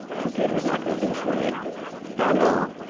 computers not going to do for me daryn it all.